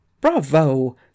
Bravo